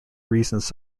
reasons